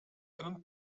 einen